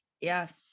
Yes